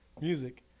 music